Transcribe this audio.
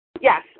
Yes